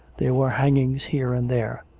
there were hangings here and there.